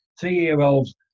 three-year-olds